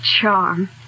Charm